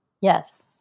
Yes